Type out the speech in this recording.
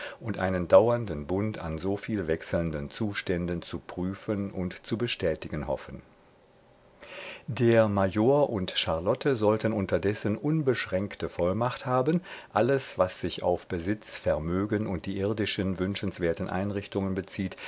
und einen dauernden bund an soviel wechselnden zuständen zu prüfen und zu bestätigen hoffen der major und charlotte sollten unterdessen unbeschränkte vollmacht haben alles was sich auf besitz vermögen und die irdischen wünschenswerten einrichtungen bezieht